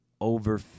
over